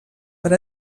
per